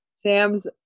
Sam's